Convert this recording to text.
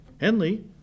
Henley